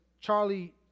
Charlie